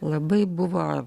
labai buvo